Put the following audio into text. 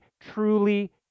truly